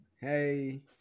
Hey